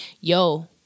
Yo